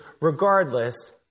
regardless